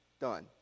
Done